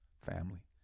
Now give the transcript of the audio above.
family